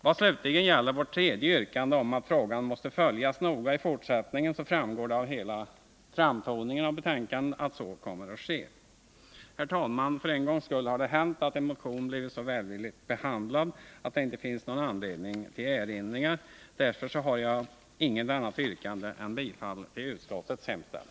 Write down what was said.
Vad slutligen gäller vårt tredje yrkande, att frågan måste följas noga i fortsättningen, så framgår det av hela framtoningen av betänkandet att så kommer att ske. Herr talman! För en gångs skull har det hänt att en motion blivit så välvilligt behandlad att det inte finns någon anledning till erinringar. Därför har jag inget annat yrkande än bifall till utskottets hemställan.